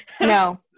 no